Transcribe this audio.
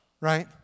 Right